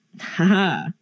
haha